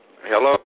Hello